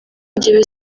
njye